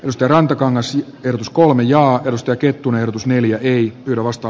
risto rantakangas rskolmen ja risto kettunen sneljä ei rahasta